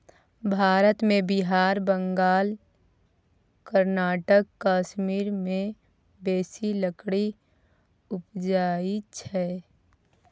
भारत मे बिहार, बंगाल, कर्नाटक, कश्मीर मे बेसी लकड़ी उपजइ छै